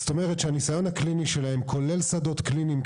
זאת אומרת שהניסיון הקליני שלהם כולל שדות קליניים,